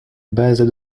bases